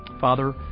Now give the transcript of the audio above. Father